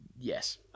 Yes